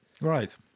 Right